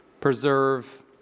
preserve